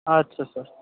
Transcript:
আচ্ছা স্যার